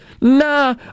Nah